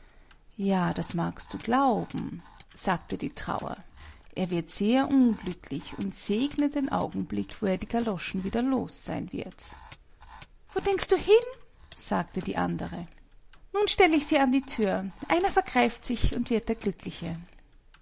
ja das magst du glauben sagte die trauer er wird sehr unglücklich und segnet den augenblick wo er die galoschen wieder los sein wird wo denkst du hin sagte die andere nun stelle ich sie an die thür einer vergreift sich und wird der glückliche